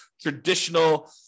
traditional